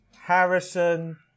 Harrison